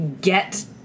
get